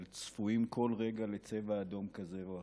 אבל צפויים כל רגע לצבע אדום כזה או אחר,